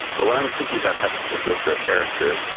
but when i was thinking about how people built their character,